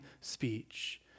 speech